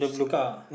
car